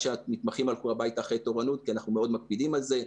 שהמתמחים הלכו הביתה אחרי תורנות כי אנחנו מקפידים על זה,